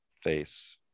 face